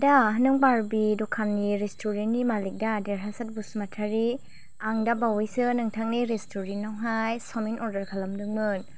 आदा नों बारबि दखाननि रेसट'रेन्टनि मालिक दा देरहासात बसुमतारी आं दा बावैसो नोंथांनि रेसट'रेन्टाव हाय सावमिन अर्डार खालामदोंमोन